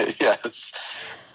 Yes